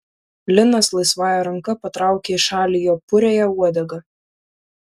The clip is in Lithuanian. linas laisvąja ranka patraukia į šalį jo puriąją uodegą